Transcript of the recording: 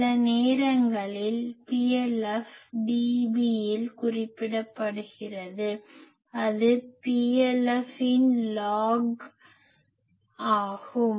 சில நேரங்களில் PLF dBயில் குறிப்பிடப்படுகிறது அது PLF இன் லாக் log மடக்கை ஆகும்